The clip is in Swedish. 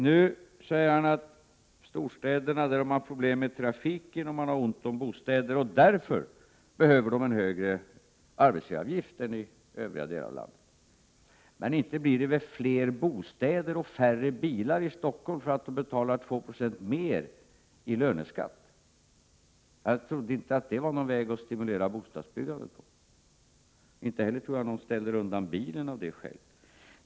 Nu säger han att storstäderna, där man har problem med trafiken och ont om bostäder, just därför behöver högre arbetsgivaravgift än i övriga delar av landet. Men inte blir det väl fler bostäder och färre bilar i Stockholm om de betalar 2 26 mer i löneskatt? Jag trodde inte att det var ett sätt att stimulera bostadsbyggandet på. Inte heller tror jag att någon ställer undan bilen äv samma skäl.